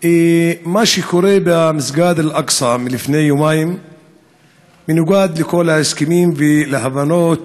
מה שקורה במסגד אל-אקצא מלפני יומיים מנוגד לכל ההסכמים ולהבנות